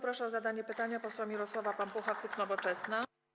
Proszę o zadanie pytania posła Mirosława Pampucha, klub Nowoczesna.